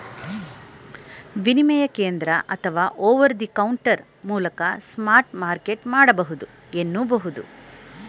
ವಿನಿಮಯ ಕೇಂದ್ರ ಅಥವಾ ಓವರ್ ದಿ ಕೌಂಟರ್ ಮೂಲಕ ಸ್ಪಾಟ್ ಮಾರ್ಕೆಟ್ ಮಾಡಬಹುದು ಎನ್ನುಬಹುದು